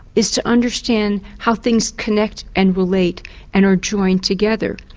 is to understand how things connect and relate and are joined together.